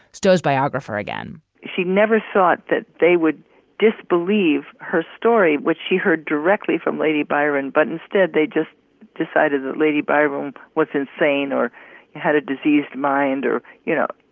stow's biographer again she never thought that they would disbelieve her story, which she heard directly from lady biron, but instead they just decided that lady biram was insane or had a disease minder, you know.